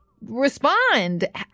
respond